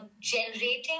generating